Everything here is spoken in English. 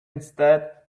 instead